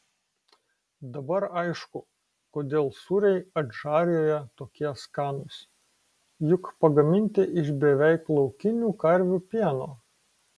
dabar aišku kodėl sūriai adžarijoje tokie skanūs juk pagaminti iš beveik laukinių karvių pieno